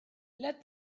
let